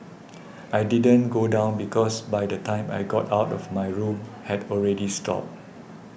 I didn't go down because by the time I got out of my room had already stopped